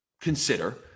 consider